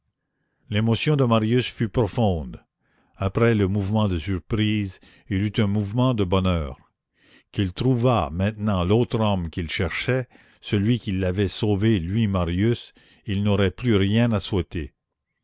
l'émotion de marius fut profonde après le mouvement de surprise il eut un mouvement de bonheur qu'il trouvât maintenant l'autre homme qu'il cherchait celui qui l'avait sauvé lui marius et il n'aurait plus rien à souhaiter